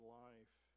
life